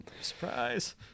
Surprise